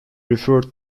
referred